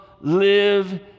live